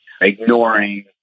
ignoring